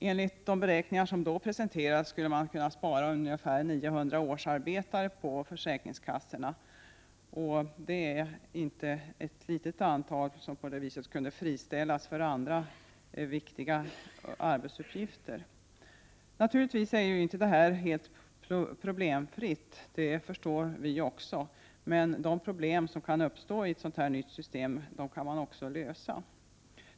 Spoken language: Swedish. Enligt de beräkningar som då presenterades skulle man kunna spara ungefär 900 årsarbetare på försäkringskassorna. Det är inte ett litet antal som på det viset kunde friställas för andra viktiga arbetsuppgifter. Naturligtvis är inte detta helt problemfritt. Det förstår vi också. Men de problem som kan uppstå i ett sådant här nytt system kan också lösas.